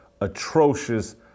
atrocious